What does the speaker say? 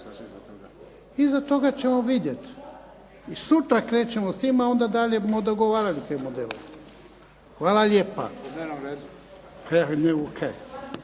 Hvala lijepa.